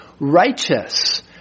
righteous